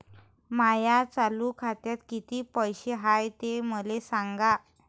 माया चालू खात्यात किती पैसे हाय ते मले सांगा